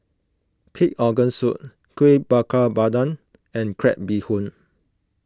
Pig Organ Soup Kuih Bakar Pandan and Crab Bee Hoon